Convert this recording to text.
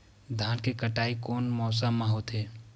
धान के कटाई कोन मौसम मा होथे?